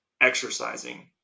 exercising